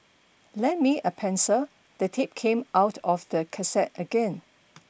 lend me a pencil the tape came out of the cassette again